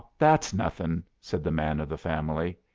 that's nothin', said the man of the family.